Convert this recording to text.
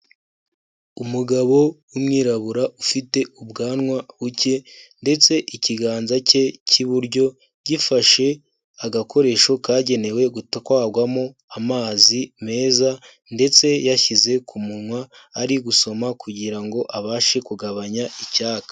Umugabo w'umwirabura ufite ubwanwa buke ndetse ikiganza cye cy'iburyo gifashe agakoresho kagenewe gutwagwamo amazi meza ndetse yashyize ku munwa ari gusoma kugira ngo abashe kugabanya icyayaka.